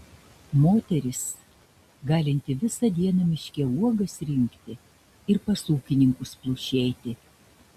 moteris galinti visą dieną miške uogas rinkti ir pas ūkininkus plušėti